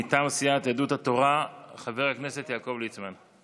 מטעם סיעת יהדות התורה, חבר הכנסת יעקב ליצמן.